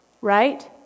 Right